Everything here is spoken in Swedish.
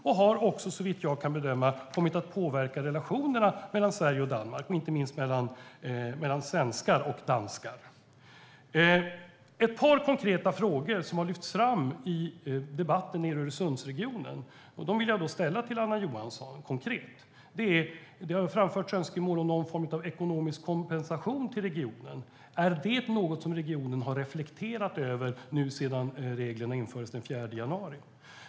Det har också, såvitt jag kan bedöma, kommit att påverka relationerna mellan Sverige och Danmark, inte minst mellan svenskar och danskar. Det är konkreta frågor som har lyfts fram i debatten nere i Öresundsregionen. Dem vill jag ställa till Anna Johansson. Det har framförts önskemål om någon form av ekonomisk kompensation till regionen. Är det något som regeringen har reflekterat över sedan reglerna infördes den 4 januari?